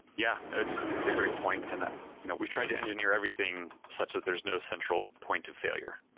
yeah. it's it's a great point, and you know we've tried to engineer everything such that there is no central point of failure.